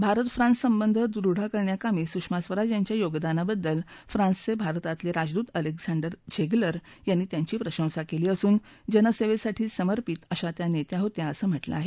Bharat France संबंध दृढ करण्याकामी सुषमा स्वराज यांच्या योगदानाबद्दल फ्रान्सचे भारतातले राजदूत अलेक्झांडर झेग्लर यांनी त्यांची प्रशंसा केली असून जनसेवेसाठी समर्पित अशा त्या नेत्या होत्या असं म्हटलं आहे